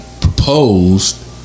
proposed